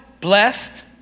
Blessed